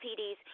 PD's